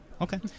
Okay